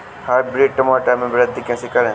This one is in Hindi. हाइब्रिड टमाटर में वृद्धि कैसे करें?